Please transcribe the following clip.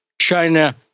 China